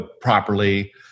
properly